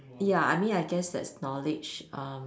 ya I mean I guess that's knowledge uh